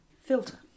Filter